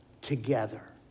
together